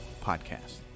Podcast